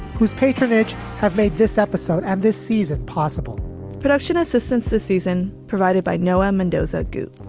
whose patronage have made this episode and this season possible production assistance this season provided by noah mendoza good